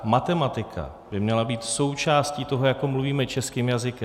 Matematika by měla být součástí toho, jako mluvíme českým jazykem.